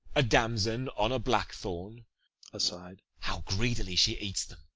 a damson on a black-thorn aside. how greedily she eats them!